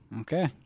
Okay